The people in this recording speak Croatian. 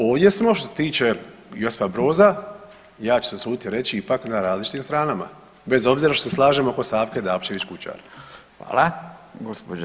Ovdje smo što se tiče Josipa Broza ja ću se usuditi reći ipak na različitim stranama bez obzira što se slažemo oko Savke Dabčević Kučar.